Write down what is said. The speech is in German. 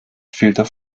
filter